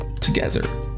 together